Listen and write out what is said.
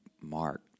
mark